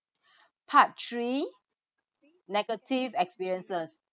part three negative experiences